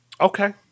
Okay